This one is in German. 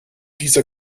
dieser